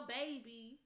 baby